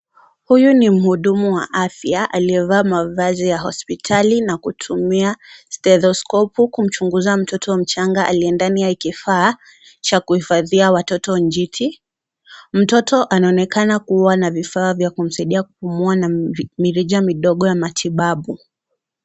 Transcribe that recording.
Huyu ni muhudumu wa afya aliyevaa mavazi ya hospitali, na kutumia stethoskopu kumchunguza mtoto mchanga aliye ndani ya kifaa cha kuhifadhia watoto njiti. Mtoto anaonekana kuwa na vifaa vya kumsaidia kupumua na mirija midogo ya matibabu.